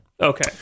Okay